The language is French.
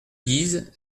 guise